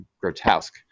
grotesque